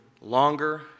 longer